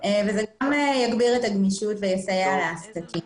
זה יגביר את הגמישות ויסייע לעסקים.